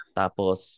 tapos